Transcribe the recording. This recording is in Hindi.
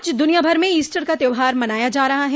आज दुनियाभर में ईस्टर का त्यौहार मनाया जा रहा है